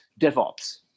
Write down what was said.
DevOps